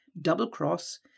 double-cross